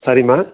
சரிம்மா